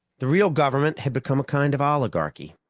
the real government had become a kind of oligarchy,